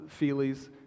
feelies